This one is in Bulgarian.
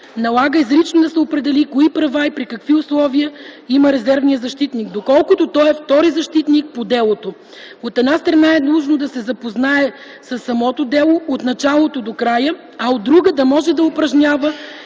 налага изрично да се определи кои права и при какви условия има резервният защитник, доколкото той е втори защитник по делото. От една страна, е нужно да е запознат със самото дело от началото до края, а от друга – да може да упражнява